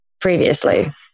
previously